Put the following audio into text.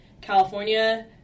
California